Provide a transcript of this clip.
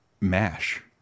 MASH